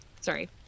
Sorry